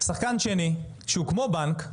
שחקן שני, שהוא כמו בנק,